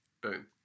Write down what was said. Boom